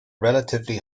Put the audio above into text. relatively